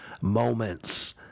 Moments